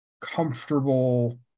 comfortable